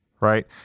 right